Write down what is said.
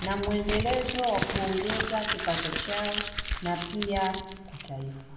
na mwendelezo wa kuongeza kipato chao na pia kwa taifa.